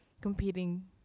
competing